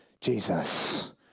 Jesus